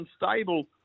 unstable